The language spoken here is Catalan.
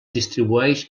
distribueix